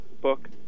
book